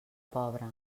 pobre